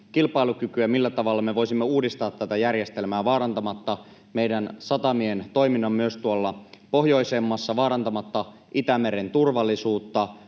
millä tavalla me voisimme uudistaa tätä järjestelmää vaarantamatta meidän satamien toimintaa myös tuolla pohjoisemmassa, vaarantamatta Itämeren turvallisuutta,